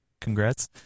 Congrats